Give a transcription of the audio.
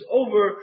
over